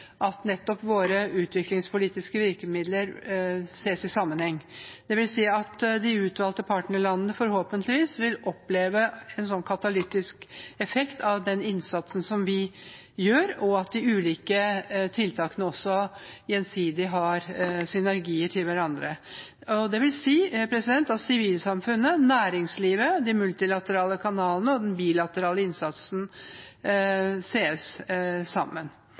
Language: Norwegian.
at våre utviklingspolitiske virkemidler ses i sammenheng. Det vil si at de utvalgte partnerlandene forhåpentligvis vil oppleve en katalytisk effekt av den innsatsen vi gjør, og at de ulike tiltakene også har synergier til hverandre. Det vil si at sivilsamfunnet, næringslivet, de multilaterale kanalene og den bilaterale innsatsen ses sammen.